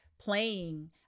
playing